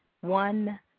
One